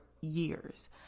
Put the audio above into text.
years